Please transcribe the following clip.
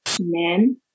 men